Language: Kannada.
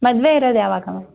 ಮದುವೆ ಇರೋದು ಯಾವಾಗ ಮ್ಯಾಮ್